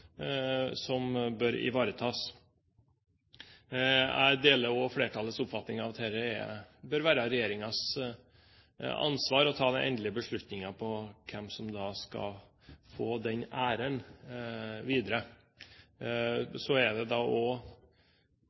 bør ivaretas. Jeg deler også flertallets oppfatning av at det bør være regjeringens ansvar å ta den endelige beslutningen om hvem som skal få den æren videre. Så er det da også et ansvar for regjeringen å sikre at den beslutningen nettopp ivaretar den tradisjonen, og